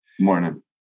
Morning